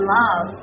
love